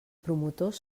promotors